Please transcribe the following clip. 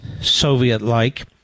Soviet-like